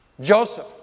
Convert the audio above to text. Joseph